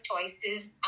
choices